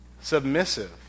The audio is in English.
submissive